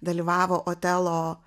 dalyvavo otelo